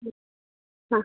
ಹ್ಞೂ ಹಾಂ